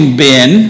bin